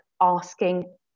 asking